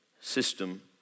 system